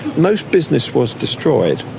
most business was destroyed,